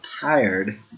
tired